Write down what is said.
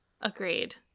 agreed